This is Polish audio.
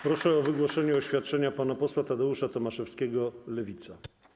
Proszę o wygłoszenie oświadczenia pana posła Tadeusza Tomaszewskiego, Lewica.